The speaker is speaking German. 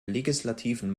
legislativen